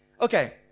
Okay